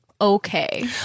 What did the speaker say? okay